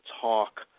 talk